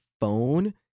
phone